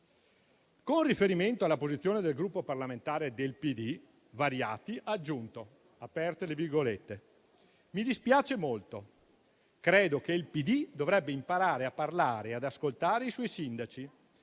Con riferimento alla posizione del Gruppo parlamentare PD, Variati ha aggiunto: «Mi dispiace molto. Credo che il PD dovrebbe imparare a parlare e ad ascoltare i suoi sindaci,